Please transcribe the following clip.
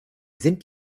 sind